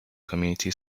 community